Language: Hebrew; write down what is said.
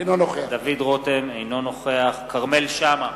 אינו נוכח כרמל שאמה,